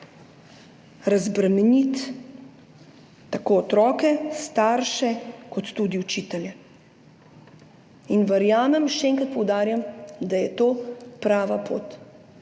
razbremeniti tako otroke, starše, kot tudi učitelje. In verjamem, še enkrat poudarjam, da je to prava pot.